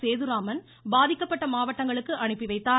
சேதுராமன் பாதிக்கப்பட்ட மாவட்டங்களுக்கு அனுப்பிவைத்தார்